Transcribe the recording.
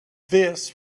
this